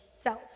self